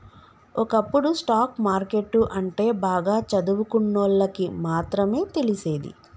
ఒకప్పుడు stock market అంటే బాగా చదువుకున్నోళ్ళకి మాత్రమే తెలిసేది